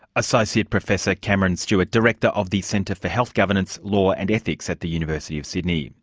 associate professor cameron stewart, director of the centre for health governance, law and ethics at the university of sydney.